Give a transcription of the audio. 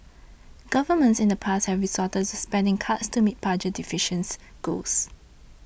governments in the past have resorted to spending cuts to meet budget deficits goals